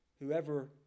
whoever